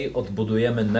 odbudujemy